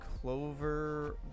Clover